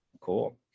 Cool